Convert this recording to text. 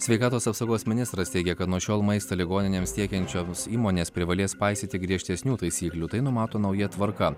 sveikatos apsaugos ministras teigia kad nuo šiol maistą ligoninėms tiekiančioms įmonės privalės paisyti griežtesnių taisyklių tai numato nauja tvarka